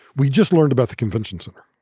we just learned about the convention center.